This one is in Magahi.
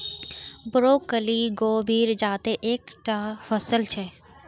ब्रोकली गोभीर जातेर एक टा फसल छे